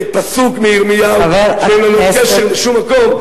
פסוק מירמיהו שאין לו קשר לשום מקום,